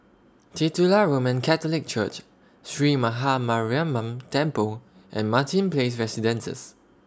Titular Roman Catholic Church Sree Maha Mariamman Temple and Martin Place Residences